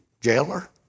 jailer